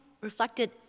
reflected